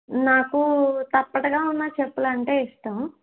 నాకూ తప్పటగా ఉన్న చెప్పులు అంటే ఇష్టం